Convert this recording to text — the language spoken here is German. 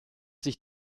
sich